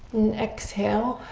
and exhale.